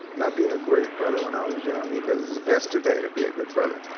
not being a great brother when i was young, he does his best today to be a good brother,